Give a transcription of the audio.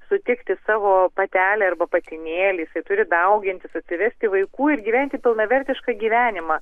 sutikti savo patelę arba patinėlį jisai turi daugintis atsivesti vaikų ir gyventi pilnavertišką gyvenimą